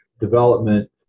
development